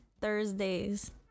Thursdays